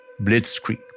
blitzkrieg